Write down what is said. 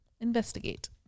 Investigate